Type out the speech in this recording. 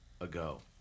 ago